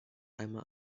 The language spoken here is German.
einmal